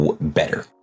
better